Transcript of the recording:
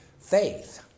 faith